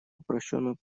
упрощенную